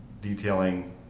detailing